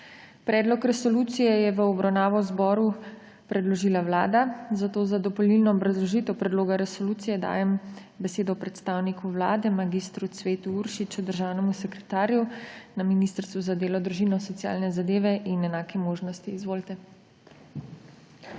Predlog resolucije je v obravnavo zboru predložila Vlada. Za dopolnilno obrazložitev predloga resolucije dajem besedo predstavniku Vlade mag. Cvetu Uršiču, državnemu sekretarju na Ministrstvu za delo, družino, socialne zadeve in enake možnosti. Izvolite.